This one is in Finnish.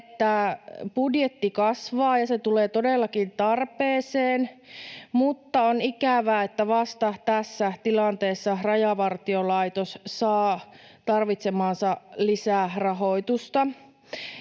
että budjetti kasvaa, ja se tulee todellakin tarpeeseen, mutta on ikävää, että vasta tässä tilanteessa Rajavartiolaitos saa tarvitsemaansa lisärahoitusta.